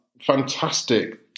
fantastic